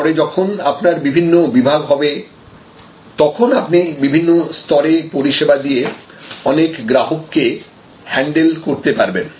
পরে যখন আপনার বিভিন্ন বিভাগ হবে তখন আপনি বিভিন্ন স্তরে পরিষেবা দিয়ে অনেক গ্রাহককে হ্যান্ডেল করতে পারবেন